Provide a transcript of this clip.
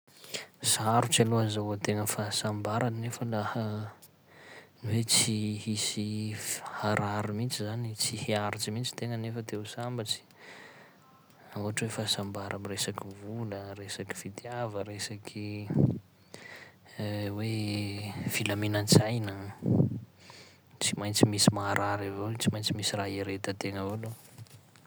Sarotry aloha azahoan-tegna fahasambara nefa laha hoe tsy hisy f- harary mihitsy zany, tsy hiaritsy mihitsy tegna nefa te ho sambatsy, ohatry hoe fahasambara am' resaky vola, resaky fitiava, resaky hoe filaminan-tsaina, tsy maintsy misy maharary avao i, tsy maintsy misy raha iaretan-tegna avao aloha.